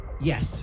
yes